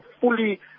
fully